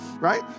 right